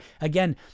again